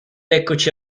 eccoci